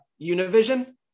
Univision